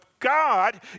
God